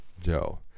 Joe